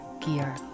gear